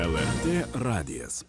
lrt radijas